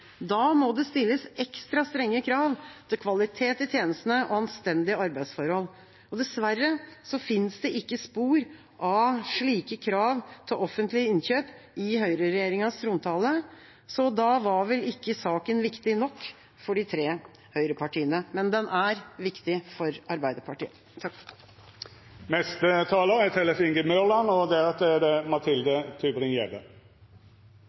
Da må det stilles ekstra strenge krav til kvalitet i tjenestene og anstendige arbeidsforhold. Dessverre fins det ikke spor av slike krav til offentlige innkjøp i høyreregjeringas trontale – så da var vel ikke saken viktig nok for de tre høyrepartiene, men den er viktig for Arbeiderpartiet. Tannhelse er